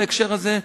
בהקשר זה,